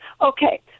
Okay